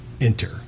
enter